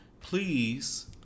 please